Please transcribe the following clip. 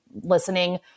listening